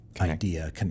idea